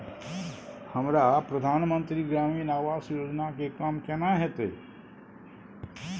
हमरा प्रधानमंत्री ग्रामीण आवास योजना के काम केना होतय?